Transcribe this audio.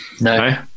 no